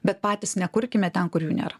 bet patys nekurkime ten kur jų nėra